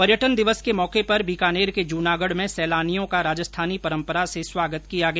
पर्यटन दिवस के उपलक्ष्य में बीकानेर के जूनागढ़ में सैलानियों का राजस्थानी परंपरा से स्वागत किया गया